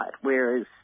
whereas